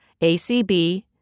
ACB